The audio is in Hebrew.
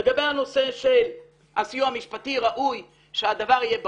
לגבי הנושא של הסיוע המשפטי ראוי שהדבר יהיה ברור,